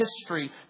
history